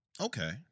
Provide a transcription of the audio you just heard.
Okay